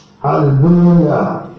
Hallelujah